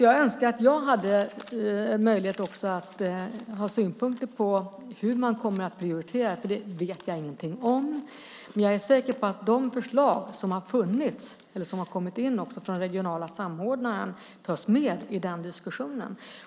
Jag önskar att jag hade möjlighet att ha synpunkter på hur man kommer att prioritera, för det vet jag ingenting om. Men jag är säker på att de förslag som har kommit in från den regionala samordnaren tas med i den diskussionen.